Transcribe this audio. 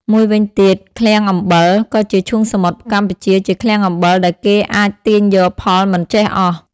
មួយវិញទៀតឃ្លាំងអំបិល ក៏ជាឈូងសមុទ្រកម្ពុជាជាឃ្លាំងអំបិលដែលគេអាចទាញយកផលមិនចេះអស់។